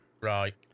Right